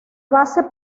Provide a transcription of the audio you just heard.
base